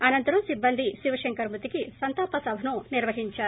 అనంతరం సిబ్బంది శివ శంకర్ మృతికి సంతాప సభను నిర్వహించారు